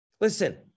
Listen